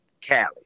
Cali